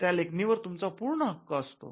त्या लेखणीवर तुमचा पुर्ण हक्क असतो